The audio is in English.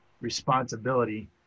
responsibility